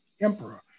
Emperor